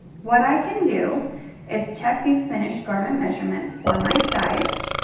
what i can do is check these finished garment measurements for my size.